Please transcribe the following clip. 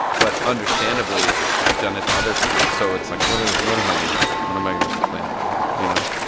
but understandably i've done it to other people. so it's like, what ah what am i going to do? what am i going to complain about here, you know?